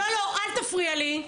לא, אל תפריע לי.